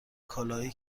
کالاهایی